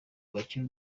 bakire